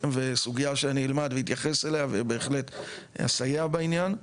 סוגיה שאני אלמד להתייחס אליה ובהחלט אסייע בעניין,